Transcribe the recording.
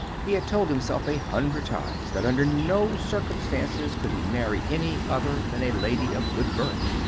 he had told himself a hundred times that under no circumstances could he marry any other than a lady of good birth.